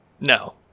No